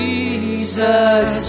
Jesus